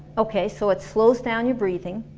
okay, so it slows down your breathing,